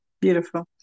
Beautiful